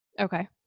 Okay